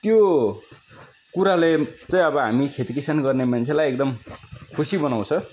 त्यो कुराले चाहिँ अब हामी खेती किसान गर्ने मान्छेलाई एकदम खुसी बनाउँछ